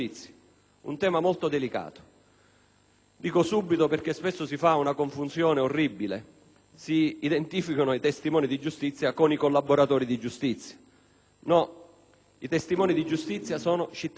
dico subito, che spesso si fa una confusione orribile: si identificano i testimoni di giustizia con i collaboratori di giustizia. No, i testimoni di giustizia sono cittadini onesti che denunciano